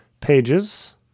Pages